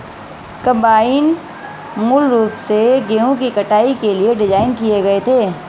combine मूल रूप से गेहूं की कटाई के लिए डिज़ाइन किए गए थे